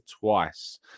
twice